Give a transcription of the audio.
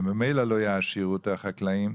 וממילא לא יעשירו את החקלאים,